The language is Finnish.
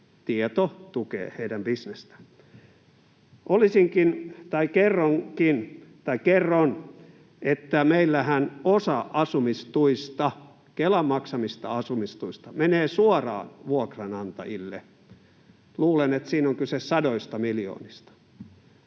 tieto tukee heidän bisnestään. Meillähän osa Kelan maksamista asumistuista menee suoraan vuokranantajille. Luulen, että siinä on kyse sadoista miljoonista.